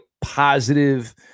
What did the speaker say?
positive